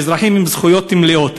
ואזרחים עם זכויות מלאות.